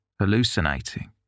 hallucinating